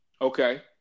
Okay